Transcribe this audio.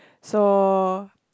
so